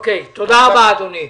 תודה רבה אדוני.